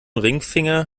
ringfinger